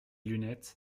lunettes